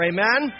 Amen